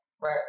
right